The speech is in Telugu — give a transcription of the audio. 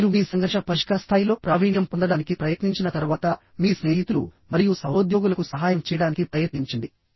అప్పుడు మీరు మీ సంఘర్షణ పరిష్కార స్థాయిలో ప్రావీణ్యం పొందడానికి ప్రయత్నించిన తర్వాత మీ స్నేహితులు మరియు సహోద్యోగులకు సహాయం చేయడానికి ప్రయత్నించండి